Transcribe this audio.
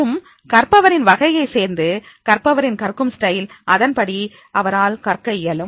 மற்றும் கற்பவரின் வகையை சேர்ந்து கற்பவரின் கற்கும் ஸ்டைல் அதன்படி அவரால் கற்க இயலும்